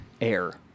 air